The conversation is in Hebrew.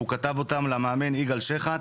והוא כותב את זה למאמן יגאל שחט.